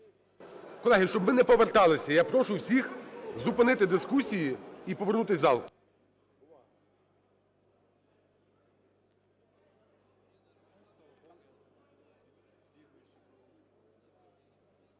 Колеги, щоб ми не поверталися, я прошу всіх зупинити дискусії і повернутись у зал.